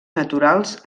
naturals